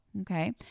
Okay